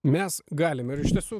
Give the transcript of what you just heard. mes galim ir iš tiesų